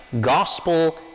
gospel